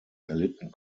erlitten